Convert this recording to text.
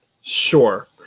sure